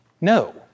No